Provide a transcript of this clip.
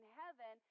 heaven